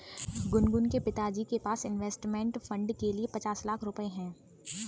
गुनगुन के पिताजी के पास इंवेस्टमेंट फ़ंड के लिए पचास लाख रुपए है